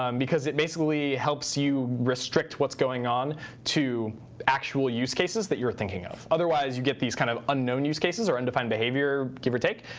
um because it basically helps you restrict what's going on to actual use cases that you're thinking of. otherwise you get these kind of unknown use cases or undefined behavior, give or take,